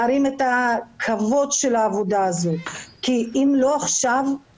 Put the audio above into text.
להרים את הכבוד של העבודה הזאת כי אם לא עכשיו,